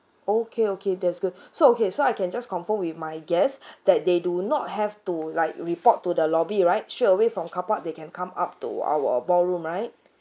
okay okay that's good so okay so I can just confirm with my guests that they do not have to like report to the lobby right straight away from car park they can come up to our ballroom right